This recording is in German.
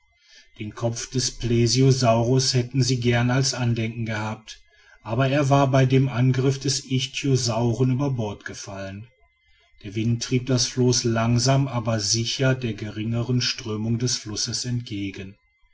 den kopf des plesiosaurus hätten sie gern als andenken gehabt aber er war bei dem angriff des ichtyosauren über bord gefallen der wind trieb das floß langsam aber sicher der geringen strömung des flusses entgegen